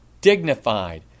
dignified